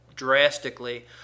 drastically